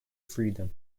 freedom